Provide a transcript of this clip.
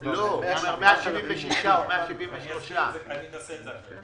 לא, הוא אומר 173. אני אנסח את זה אחרת.